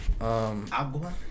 Agua